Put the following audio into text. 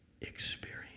experience